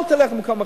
אל תלך למקום אחר,